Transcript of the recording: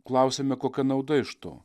klausiame kokia nauda iš to